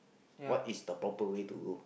what is the proper way to go